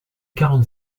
quarante